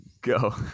Go